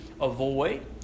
avoid